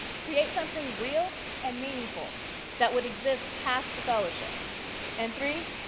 create something real and meaningful that would exist past the fellowship and three,